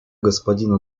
господина